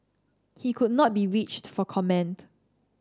he could not be reached for comment